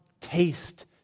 taste